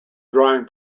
drawing